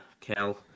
Cal